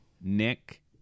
Nick